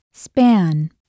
Span